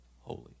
holy